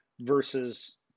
versus